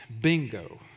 Bingo